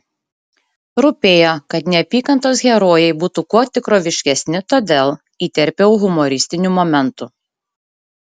rūpėjo kad neapykantos herojai būtų kuo tikroviškesni todėl įterpiau humoristinių momentų